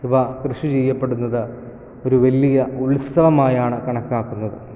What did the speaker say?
ഇവ കൃഷിചെയ്യപ്പെടുന്നത് ഒരു വലിയ ഉത്സവമായാണ് കണക്കാക്കുന്നത്